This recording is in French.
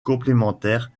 complémentaire